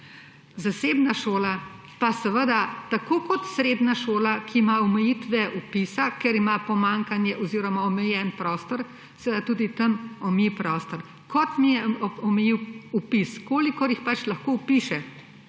Zasebna šola pa seveda tako kot srednja šola, ki ima omejitve vpisa, ker ima pomanjkanje oziroma omejen prostor, seveda tudi tam omeji prostor, kot je omejil vpis, kolikor jih pač lahko vpiše.